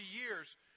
years